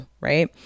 right